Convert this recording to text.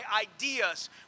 ideas